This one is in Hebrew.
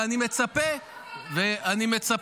ואני מצפה שתקשיבו.